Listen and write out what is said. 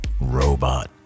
Robot